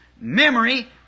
memory